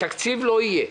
תקציב לא יהיה.